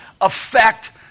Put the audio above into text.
affect